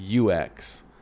UX